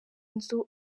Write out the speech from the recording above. inzu